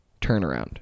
turnaround